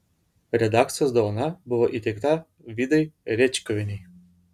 redakcijos dovana buvo įteikta vidai rėčkuvienei